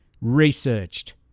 researched